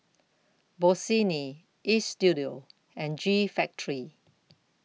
Bossini Istudio and G Factory